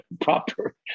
proper